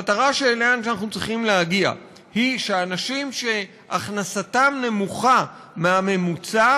המטרה שאליה אנחנו צריכים להגיע היא שהאנשים שהכנסתם נמוכה מהממוצע,